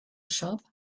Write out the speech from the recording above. shop